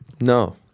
No